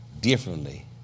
differently